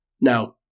Now